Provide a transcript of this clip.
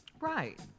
Right